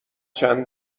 چند